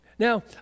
Now